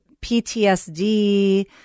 PTSD